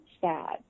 sad